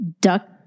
duck